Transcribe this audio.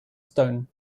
stone